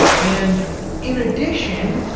and in addition,